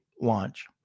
launch